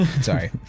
Sorry